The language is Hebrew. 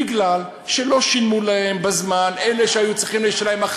בגלל שלא שילמו להם בזמן אלה שהיו צריכים לשלם,